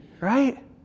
Right